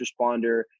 responder